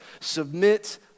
submit